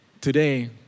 today